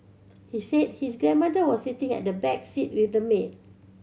he said his grandmother was sitting at the back seat with the maid